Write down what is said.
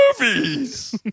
movies